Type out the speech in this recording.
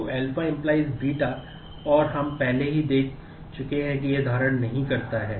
तो α → β और हम पहले ही देख चुके हैं कि यह धारण नहीं करता है